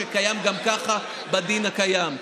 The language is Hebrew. שקיים גם ככה בדין הקיים.